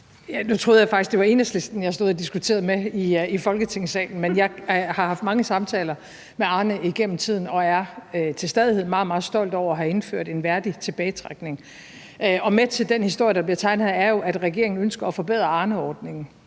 Nu troede jeg faktisk, at det var Enhedslisten, jeg stod og diskuterede med i Folketingssalen, men jeg har haft mange samtaler med Arne igennem tiden og er til stadighed meget, meget stolt over at have indført en værdig tilbagetrækning. Og med til den historie, der bliver tegnet her, hører jo, at regeringen ønsker at forbedre Arneordningen,